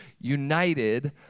United